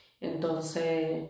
entonces